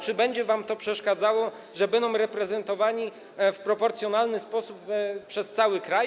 Czy będzie wam to przeszkadzało, że będzie reprezentowany w proporcjonalny sposób cały kraj?